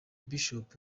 bishop